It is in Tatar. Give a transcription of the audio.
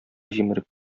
җимереп